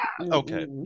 okay